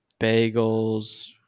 bagels